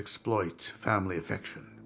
exploit family affection